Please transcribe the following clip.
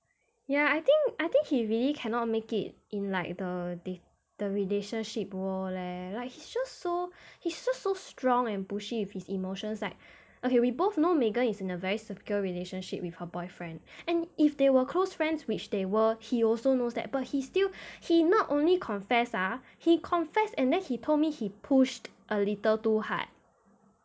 ya I think I think he really cannot make it in like the date~ the relationship world leh like he just so he just so strong and pushy with his emotions like okay we both know megan is in a very secure relationship with her boyfriend and if they were close friends which they were he also knows that but he still he not only confessed ah he confessed and then he told me he pushed a little too hard